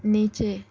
نیچے